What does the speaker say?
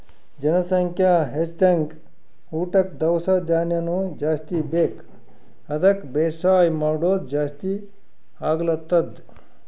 ಜನಸಂಖ್ಯಾ ಹೆಚ್ದಂಗ್ ಊಟಕ್ಕ್ ದವಸ ಧಾನ್ಯನು ಜಾಸ್ತಿ ಬೇಕ್ ಅದಕ್ಕ್ ಬೇಸಾಯ್ ಮಾಡೋದ್ ಜಾಸ್ತಿ ಆಗ್ಲತದ್